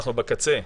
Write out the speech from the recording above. אנחנו בקצה.